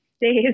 days